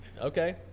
Okay